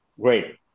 Great